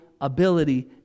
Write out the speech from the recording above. ability